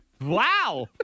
Wow